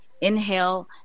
Inhale